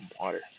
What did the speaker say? water